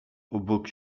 obok